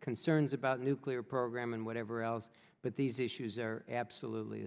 concerns about nuclear program and whatever else but these issues are absolutely